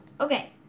Okay